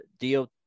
DOT